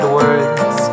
words